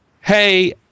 hey